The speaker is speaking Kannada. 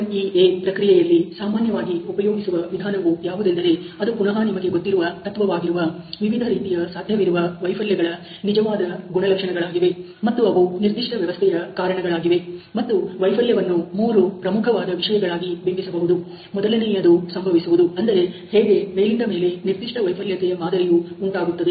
FMEA ಪ್ರಕ್ರಿಯೆಯಲ್ಲಿ ಸಾಮಾನ್ಯವಾಗಿ ಉಪಯೋಗಿಸುವ ವಿಧಾನವು ಯಾವುದೆಂದರೆ ಅದು ಪುನಹ ನಿಮಗೆ ಗೊತ್ತಿರುವ ತತ್ವವಾಗಿರುವ ವಿವಿಧ ರೀತಿಯ ಸಾಧ್ಯವಿರುವ ವೈಫಲ್ಯಗಳ ನಿಜವಾದ ಗುಣಲಕ್ಷಣಗಳಾಗಿವೆ ಮತ್ತು ಅವು ನಿರ್ದಿಷ್ಟ ವ್ಯವಸ್ಥೆಯ ಕಾರಣಗಳಾಗಿವೆ ಮತ್ತು ವೈಫಲ್ಯವನ್ನು 3 ಪ್ರಮುಖವಾದ ವಿಷಯಗಳಾಗಿ ಬಿಂಬಿಸಬಹುದು ಮೊದಲನೆಯದು ಸಂಭವಿಸುವುದು ಅಂದರೆ ಹೇಗೆ ಮೇಲಿಂದಮೇಲೆ ನಿರ್ದಿಷ್ಟ ವೈಫಲ್ಯತೆಯ ಮಾದರಿಯು ಉಂಟಾಗುತ್ತದೆ